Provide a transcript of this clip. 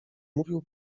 mówił